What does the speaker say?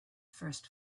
first